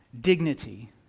dignity